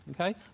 Okay